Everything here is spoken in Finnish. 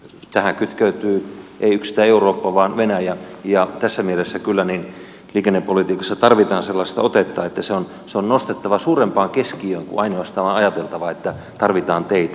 tähän kytkeytyy ei yksistään eurooppa vaan venäjä ja tässä mielessä kyllä liikennepolitiikassa tarvitaan sellaista otetta että se on nostettava suurempaan keskiöön kuin ainoastaan vain ajateltava että tarvitaan teitä